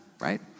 right